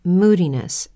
moodiness